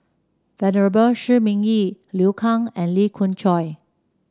Venerable Shi Ming Yi Liu Kang and Lee Khoon Choy